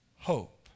hope